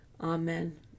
Amen